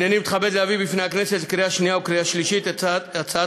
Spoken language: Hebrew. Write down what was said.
הנני מתכבד להביא בפני הכנסת לקריאה שנייה ולקריאה שלישית את הצעת